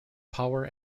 power